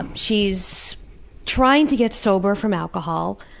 and she's trying to get sober from alcohol,